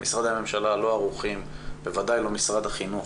משרדי הממשלה לא ערוכים, בוודאי לא משרד החינוך,